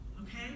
Okay